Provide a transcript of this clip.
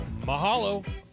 Mahalo